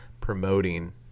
promoting